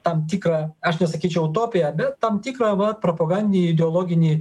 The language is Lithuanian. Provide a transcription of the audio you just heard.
tam tikrą aš nesakyčiau utopiją bet tam tikrą va propagandinį ideologinį